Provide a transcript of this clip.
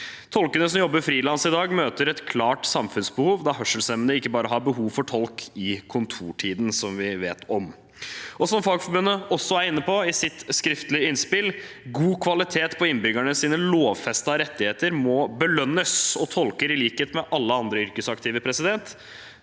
Tolkene som jobber frilans i dag, møter et klart samfunnsbehov, da hørselshemmede ikke bare har behov for tolk i kontortiden, som vi vet. Som Fagforbundet også er inne på i sitt skriftlige innspill: God kvalitet på innbyggernes lovfestede rettigheter må belønnes. Tolker, i likhet med alle andre yrkesaktive, ønsker